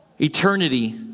eternity